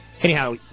Anyhow